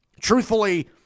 Truthfully